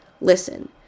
Listen